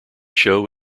show